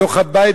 בתוך הבית,